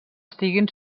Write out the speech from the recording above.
estiguin